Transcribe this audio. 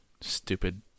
Stupid